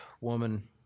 woman